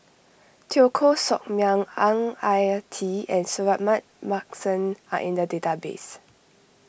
Teo Koh Sock Miang Ang Ah Tee and Suratman Markasan are in the database